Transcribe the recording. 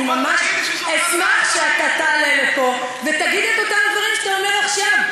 אני ממש אשמח שאתה תעלה לפה ותגיד את אותם דברים שאתה אומר עכשיו,